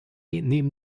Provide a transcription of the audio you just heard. nehmen